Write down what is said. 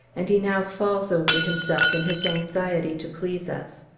and he now falls over himself in his anxiety to please us.